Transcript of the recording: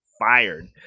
fired